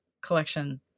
collection